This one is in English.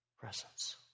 presence